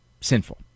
sinful